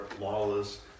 lawless